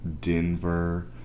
Denver